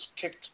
kicked